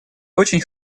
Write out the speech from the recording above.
очень